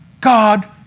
God